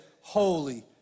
holy